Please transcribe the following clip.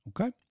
okay